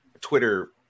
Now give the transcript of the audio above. twitter